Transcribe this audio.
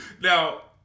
Now